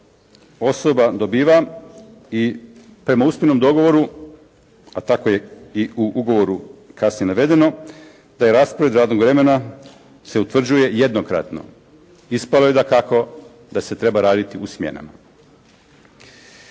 osoba dobiva i prema usmenom dogovoru, a tako je i u ugovoru kasnije i navedeno da je raspored radnog vremena se utvrđuje jednokratno, ispalo je dakako da se treba raditi u smjenama.